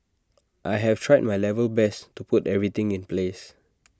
I have tried my level best to put everything in place